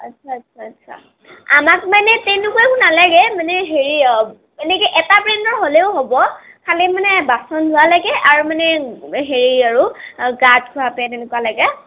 আছছা আছছা আছছা আমাক মানে তেনেকোৱা একো নালাগে মানে হেৰি মানে কি এটা ব্ৰেণ্ডৰ হ'লেও হ'ব খালি মানে বাচন ধুৱা লাগে আৰু মানে হেৰি আৰু গা ধুৱাকে তেনেকোৱা লাগে